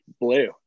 blue